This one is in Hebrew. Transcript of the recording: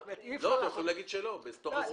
לא, אתם יכולים להגיד שלא תוך 21 יום.